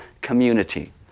community